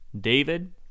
David